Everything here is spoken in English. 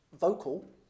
vocal